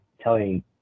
telling